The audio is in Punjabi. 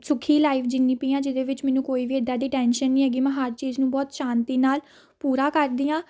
ਸੁਖੀ ਲਾਈਫ ਜੀਣੀ ਪਈ ਹਾਂ ਜਿਹਦੇ ਵਿੱਚ ਮੈਨੂੰ ਕੋਈ ਵੀ ਇੱਦਾਂ ਦੀ ਟੈਸ਼ਨ ਨਹੀਂ ਹੈਗੀ ਮੈਂ ਹਰ ਚੀਜ਼ ਨੂੰ ਬਹੁਤ ਸ਼ਾਂਤੀ ਨਾਲ ਪੂਰਾ ਕਰਦੀ ਹਾਂ